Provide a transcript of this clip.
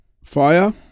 Fire